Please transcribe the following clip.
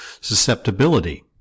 susceptibility